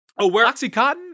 OxyContin